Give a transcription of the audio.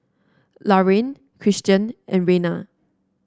Laraine Christian and Reina